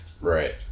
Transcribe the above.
Right